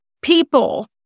people